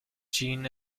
jeanne